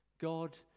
God